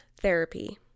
therapy